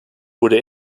wurde